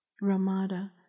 Ramada